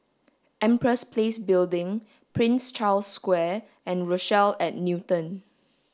Empress Place Building Prince Charles Square and Rochelle at Newton